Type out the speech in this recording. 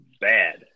bad